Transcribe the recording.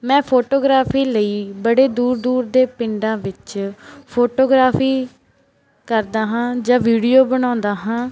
ਮੈਂ ਫੋਟੋਗ੍ਰਾਫੀ ਲਈ ਬੜੇ ਦੂਰ ਦੂਰ ਦੇ ਪਿੰਡਾਂ ਵਿੱਚ ਫੋਟੋਗ੍ਰਾਫੀ ਕਰਦਾ ਹਾਂ ਜਾਂ ਵੀਡੀਓ ਬਣਾਉਂਦਾ ਹਾਂ